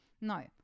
No